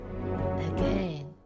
Again